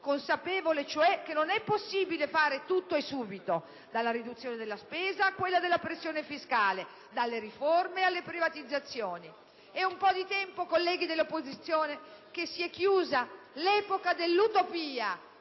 consapevole cioè che non è possibile fare tutto e subito: dalla riduzione della spesa a quella della pressione fiscale, dalle riforme alle privatizzazioni. È un po' di tempo, colleghi dell'opposizione, che si è chiusa l'epoca dell'utopia,